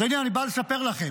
אדוני, אני בא לספר לכם.